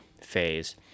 phase